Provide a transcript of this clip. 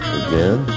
again